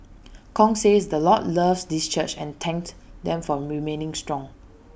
Kong says the Lord loves this church and thanked them for remaining strong